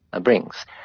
brings